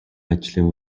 ажлын